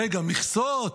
רגע, מכסות?